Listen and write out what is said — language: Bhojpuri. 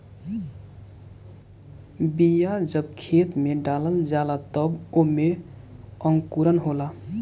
बिया जब खेत में डला जाला तब ओमे अंकुरन होला